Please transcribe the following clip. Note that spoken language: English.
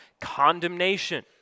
condemnation